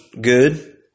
Good